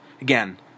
Again